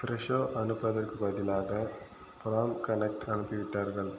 ஃப்ரெஷோ அனுப்புவதற்குப் பதிலாக form connect அனுப்பிவிட்டார்கள்